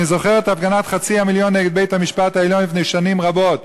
אני זוכר את הפגנת חצי המיליון נגד בית-המשפט העליון לפני שנים רבות.